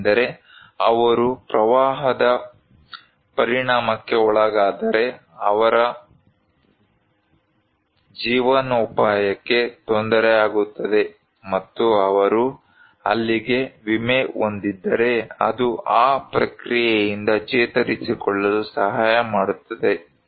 ಏಕೆಂದರೆ ಅವರು ಪ್ರವಾಹದ ಪರಿಣಾಮಕ್ಕೆ ಒಳಗಾದರೆ ಅವರ ಜೀವನೋಪಾಯಕ್ಕೆ ತೊಂದರೆಯಾಗುತ್ತದೆ ಮತ್ತು ಅವರು ಅಲ್ಲಿಗೆ ವಿಮೆ ಹೊಂದಿದ್ದರೆ ಅದು ಆ ಪ್ರಕ್ರಿಯೆಯಿಂದ ಚೇತರಿಸಿಕೊಳ್ಳಲು ಸಹಾಯ ಮಾಡುತ್ತದೆ